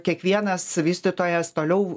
kiekvienas vystytojas toliau